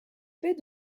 fait